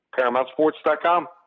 paramountsports.com